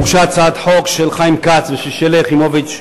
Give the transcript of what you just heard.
הוגשה הצעת חוק של חיים כץ ושל שלי יחימוביץ,